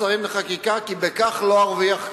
"כי בכך לא ארוויח כלום.